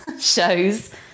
shows